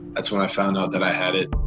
that's when i found out that i had it.